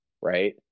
right